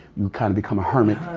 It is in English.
you kind of become a hermit.